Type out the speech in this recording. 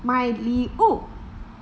买礼物